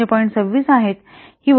26 आहेत ही वजन आहेत